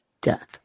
death